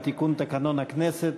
תיקון תקנון הכנסת,